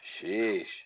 Sheesh